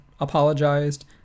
apologized